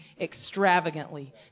extravagantly